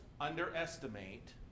underestimate